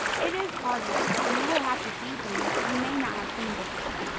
it is hard work and you will have to see things you may not have seen before.